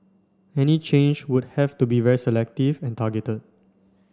any change would have to be very selective and targeted